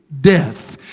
death